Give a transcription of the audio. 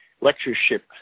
lectureship